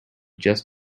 just